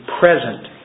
present